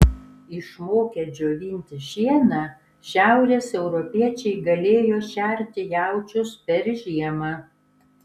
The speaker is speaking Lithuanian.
išmokę džiovinti šieną šiaurės europiečiai galėjo šerti jaučius per žiemą